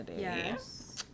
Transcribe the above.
Yes